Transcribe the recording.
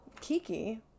Kiki